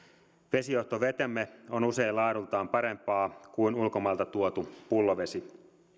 vesijohtovetemme on usein laadultaan parempaa kuin ulkomailta tuotu pullovesi